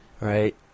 Right